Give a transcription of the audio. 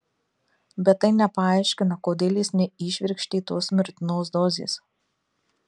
bet tai nepaaiškina kodėl jis neįšvirkštė tos mirtinos dozės